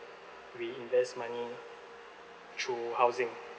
we invest money through housing